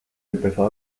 empezó